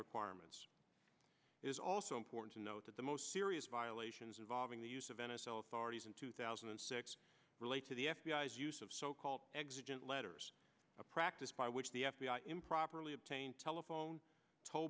requirements is also important to note that the most serious violations involving the use of n f l authorities in two thousand and six relate to the f b i s use of so called existent letters a practice by which the f b i improperly obtained telephone toll